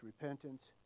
repentance